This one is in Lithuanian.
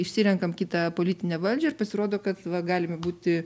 išsirenkam kitą politinę valdžią ir pasirodo kad va galime būti